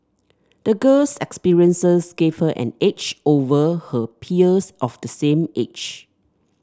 the girl's experiences gave her an edge over her peers of the same age